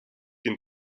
den